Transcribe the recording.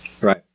Right